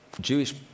Jewish